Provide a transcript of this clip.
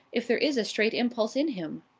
if there is a straight impulse in him.